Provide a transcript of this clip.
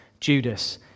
Judas